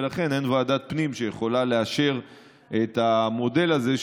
ולכן אין ועדת פנים שיכולה לאשר את המודל הזה,